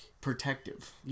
protective